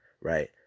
right